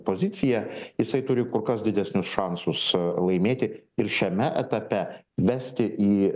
poziciją jisai turi kur kas didesnius šansus laimėti ir šiame etape vesti į